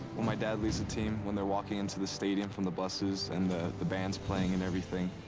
when my dad leads the team, when they're walking into the stadium from the buses and the the band's playing and everything,